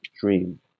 Dream